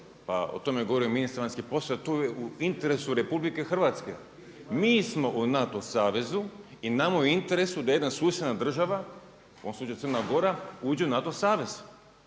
Pa o tome je govorio ministar vanjskih poslova, to je u interesu RH. Mi smo u NATO savezu i nama je u interesu da jedna susjedna država u ovom slučaju Crna Gora, uđe u NATO savez.